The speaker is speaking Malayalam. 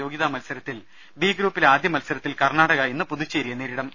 യോഗ്യതാമത്സരത്തിൽ ബി ഗ്രൂപ്പിലെ ആദ്യമത്സരത്തിൽ കർണാടക ഇന്ന് പുതുച്ചേരിയെ നേരിടും